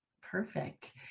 Perfect